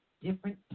different